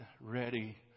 ready